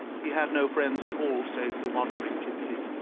he had no friends at all save the wandering gipsies,